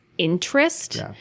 interest